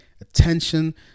Attention